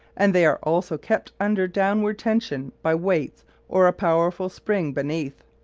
and they are also kept under downward tension by weights or a powerful spring beneath.